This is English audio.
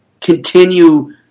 continue